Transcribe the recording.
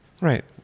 Right